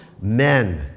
men